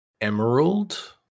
emerald